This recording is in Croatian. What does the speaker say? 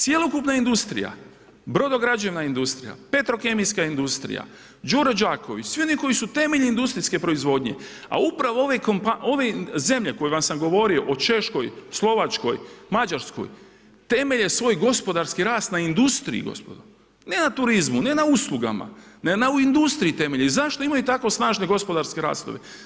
Cjelokupna industrija, brodograđevna industrija, petrokemijska industrija, Đuro Đaković, svi oni koji su temelj industrijske proizvodnje, a upravo, ove zemlje o kojima sam govorio, o Češkoj, Slovačkoj, Mađarskoj, temelje svoje gospodarski rast na industriji gospodo, ne na turizmu, ne na uslugama, ne na u industriji temelji, zašto imaju tako snažne gospodarske rasta.